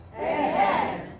Amen